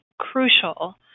crucial